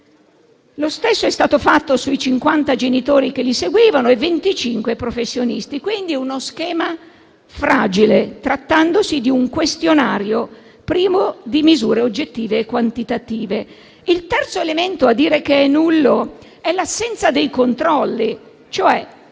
Lo stesso è stato fatto sui cinquanta genitori che li seguivano e su venticinque professionisti. Quindi, uno schema fragile, trattandosi di un questionario privo di misure oggettive quantitative. Il terzo elemento che dimostra che è nullo è l'assenza dei controlli. Non